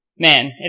Man